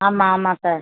ஆமாம் ஆமாம் சார்